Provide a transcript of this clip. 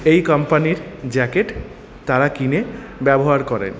এই কোম্পানির জ্যাকেট তারা কিনে ব্যবহার করে